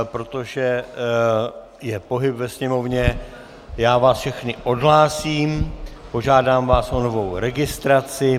Protože je pohyb ve sněmovně, já vás všechny odhlásím, požádám vás o novou registraci.